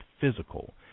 physical